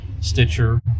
Stitcher